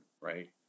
right